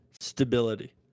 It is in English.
Stability